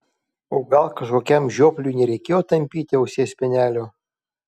o gal kažkokiam žiopliui nereikėjo tampyti ausies spenelio